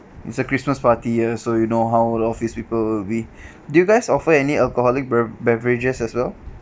it's a christmas party ah so you know how the office people will be do you guys offer any alcoholic bev~ beverages as well